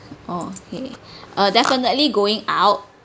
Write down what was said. okay uh definitely going out